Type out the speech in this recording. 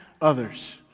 others